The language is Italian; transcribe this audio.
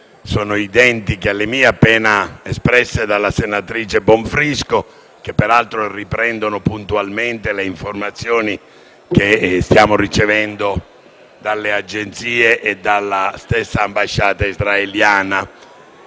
identiche alle mie, appena espresse dalla senatrice Bonfrisco, le quali peraltro riprendono puntualmente le informazioni che stiamo ricevendo dalle agenzie e dalla stessa ambasciata israeliana.